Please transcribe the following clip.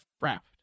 raft